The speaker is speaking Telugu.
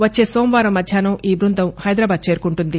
వచ్చే సోమవారం మధ్యాహ్నం ఈ బృందం హైదరాబాద్ చేరుకుంటుంది